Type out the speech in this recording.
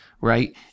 right